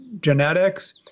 genetics